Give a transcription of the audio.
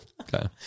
Okay